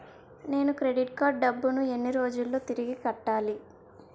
నేను credit card డబ్బును ఎన్ని రోజుల్లో తిరిగి కట్టాలి?